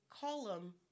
column